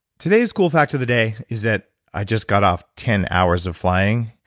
today's cool fact of the day is that i just got off ten hours of flying,